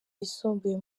yisumbuye